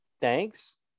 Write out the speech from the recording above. Thanks